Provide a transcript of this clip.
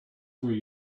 where